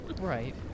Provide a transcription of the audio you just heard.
Right